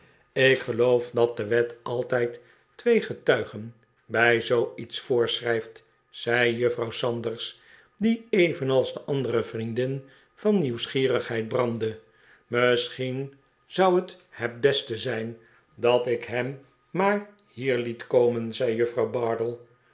ik geloof dat de wet altijd twee getuigen bij zoo iets voorschrijft zei juffrouw sanders die evenals de andere vriendin van nieuwsgierigheid brandde misschien zou het het beste zijn dat ik hem maar hier liet komen zei juffrouw bardell